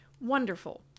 Wonderful